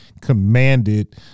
commanded